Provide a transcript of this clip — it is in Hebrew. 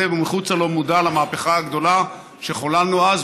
ומחוצה לו מודע למהפכה הגדולה שחוללנו אז,